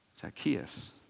Zacchaeus